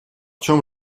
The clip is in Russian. чем